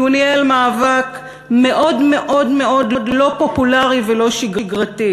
כי הוא ניהל מאבק מאוד מאוד מאוד לא פופולרי ולא שגרתי